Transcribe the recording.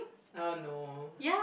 uh no